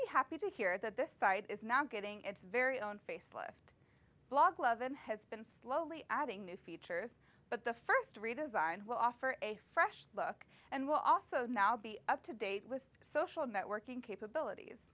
be happy to hear that this site is not getting its very own facelift blog loven has been slowly adding new features but the first redesign will offer a fresh look and will also now be up to date with social networking capabilities